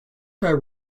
her